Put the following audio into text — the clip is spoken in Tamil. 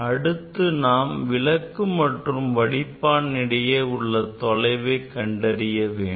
அடுத்து நாம் விளக்கு மற்றும் வடிப்பான் இடையே உள்ள தொலைவை கண்டறிய வேண்டும்